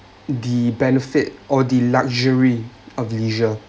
the benefit or the luxury of leisure